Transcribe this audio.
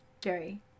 Jerry